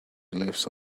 glyphs